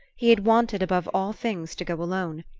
he had wanted above all things to go alone,